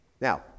Now